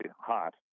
hot